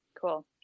Cool